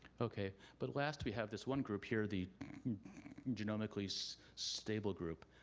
okay, but last we have this one group here, the genomically so stable group,